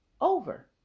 over